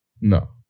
No